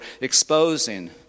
exposing